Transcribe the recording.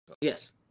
Yes